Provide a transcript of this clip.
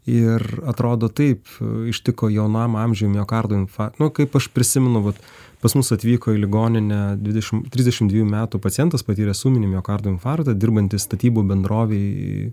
ir atrodo taip ištiko jaunam amžiui miokardo infar nu kaip aš prisimenu vat pas mus atvyko į ligoninę dvidešimt trisdešimt dviejų metų pacientas patyręs ūminį miokardo infarktą dirbantis statybų bendrovėj